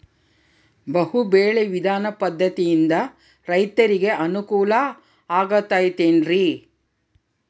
ಬಹು ಬೆಳೆ ವಿಧಾನ ಪದ್ಧತಿಯಿಂದ ರೈತರಿಗೆ ಅನುಕೂಲ ಆಗತೈತೇನ್ರಿ?